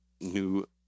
New